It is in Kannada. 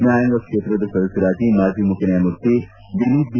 ನ್ನಾಯಾಂಗ ಕ್ಷೇತ್ರದ ಸದಸ್ನರಾಗಿ ಮಾಜಿ ಮುಖ್ಯ ನ್ನಾಯಮೂರ್ತಿ ದಿಲಿಪ್ ಬಿ